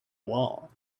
wall